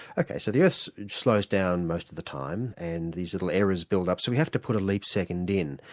okay. so the earth slows down most of the time and there's little errors build up, so we have to put a leap second in.